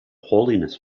holiness